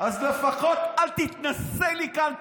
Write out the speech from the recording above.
אז לפחות אל תתנשא לי כאן.